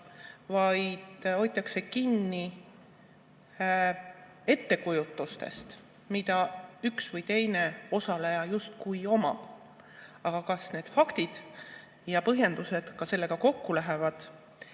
vaid hoitakse kinni ettekujutusest, mida üks või teine osaleja omab, ja kas faktid ja põhjendused sellega kokku lähevad,